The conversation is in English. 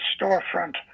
storefront